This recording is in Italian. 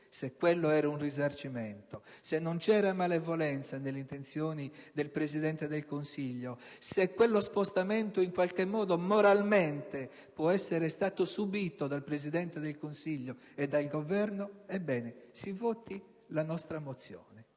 se quello era un risarcimento, se non c'era malevolenza nelle intenzioni del Presidente del Consiglio, se quello spostamento moralmente può essere stato in qualche modo subito dal Presidente del Consiglio e dal Governo, ebbene si approvi la nostra mozione: